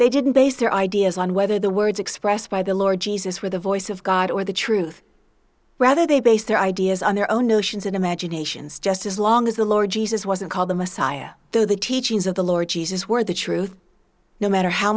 they didn't base their ideas on whether the words expressed by the lord jesus were the voice of god or the truth rather they base their ideas on their own notions and imaginations just as long as the lord jesus wasn't called the messiah though the teachings of the lord jesus were the truth no matter how